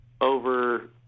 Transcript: over